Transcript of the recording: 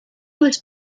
was